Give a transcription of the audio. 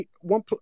one